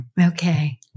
Okay